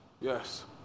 yes